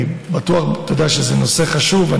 אני בטוח שאתה יודע שזה נושא חשוב,